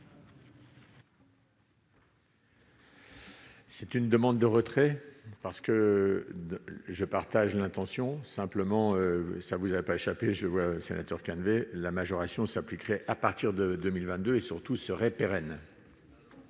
C'est une demande de retrait parce que je partage l'intention simplement, ça vous a pas échappé je vois sénateur qui devait la majoration s'appliquerait à partir de 2022, et surtout se repérer.